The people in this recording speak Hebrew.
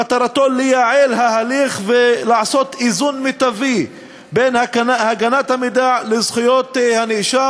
מטרתו לייעל את ההליך ולעשות איזון מיטבי בין הגנת המידע לזכויות הנאשם.